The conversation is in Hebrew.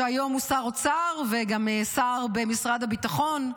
שהיום הוא שר אוצר וגם שר במשרד הביטחון,